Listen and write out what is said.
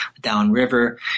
downriver